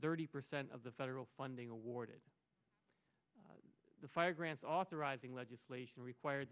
thirty percent of the federal funding awarded the fire grants authorizing legislation required